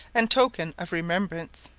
and token of remembrance.